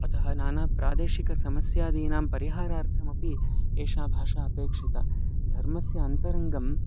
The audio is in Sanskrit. अतः नाना प्रादेशिकसमस्यादीनां परिहारार्थमपि एषा भाषा अपेक्षिता धर्मस्य अन्तरङ्गं